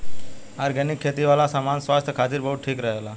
organic खेती वाला सामान स्वास्थ्य खातिर बहुते ठीक रहेला